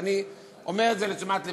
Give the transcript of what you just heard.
אני אומר את זה לתשומת לבך,